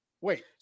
Wait